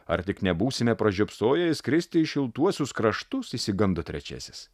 ar tik nebūsime pražiopsoję išskristi į šiltuosius kraštus išsigando trečiasis